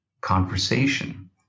conversation